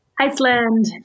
Iceland